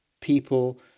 people